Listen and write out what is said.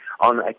on